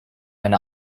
eine